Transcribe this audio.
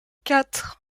quatre